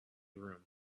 room